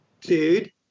dude